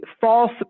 false